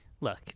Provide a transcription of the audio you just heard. look